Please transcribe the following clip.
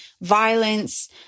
violence